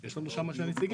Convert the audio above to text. יש לנו שם שני נציגים.